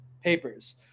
papers